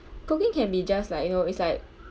cooking can be just like you know it's like